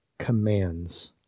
commands